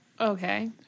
okay